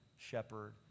shepherd